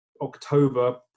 october